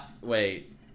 Wait